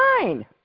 fine